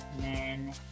men